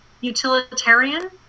utilitarian